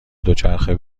دوچرخه